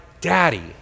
Daddy